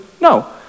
No